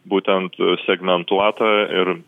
būtent segmentuota ir